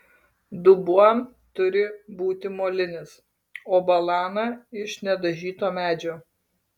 dubuo turi būti molinis o balana iš nedažyto medžio